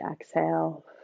exhale